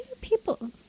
people